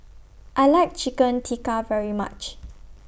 I like Chicken Tikka very much